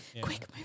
Quick